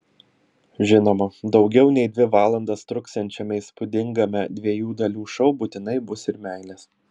žinoma daugiau nei dvi valandas truksiančiame įspūdingame dviejų dalių šou būtinai bus ir meilės